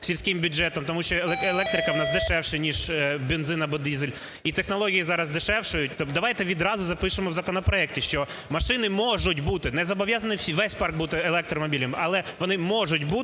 сільським бюджетам тому що електрика в нас дешевша, ніж бензин або дизель і технології зараз дешевшають. То давайте відразу запишемо в законопроекті, що машини можуть бути, не зобов'язаний весь парк бути електромобілів, але вони можуть бути